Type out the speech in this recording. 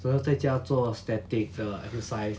so 在家做 static 的 exercise